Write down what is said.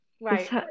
Right